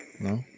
No